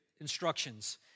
instructions